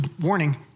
warning